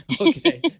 Okay